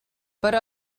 però